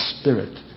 spirit